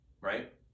Right